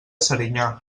serinyà